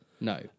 No